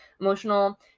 emotional